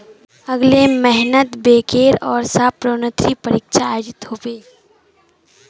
अगले महिनात बैंकेर ओर स प्रोन्नति परीक्षा आयोजित ह बे